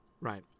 right